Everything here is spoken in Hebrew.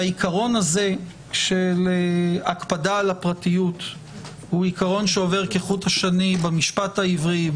והעיקרון הזה של הקפדה על הפרטיות עובר כחוט השני במשפט העברי,